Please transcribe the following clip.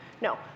No